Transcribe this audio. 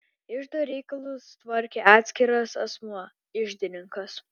iždo reikalus tvarkė atskiras asmuo iždininkas